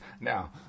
Now